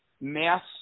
mass